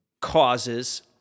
causes